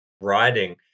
writing